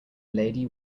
lady